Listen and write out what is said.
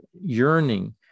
yearning